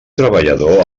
treballador